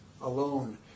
alone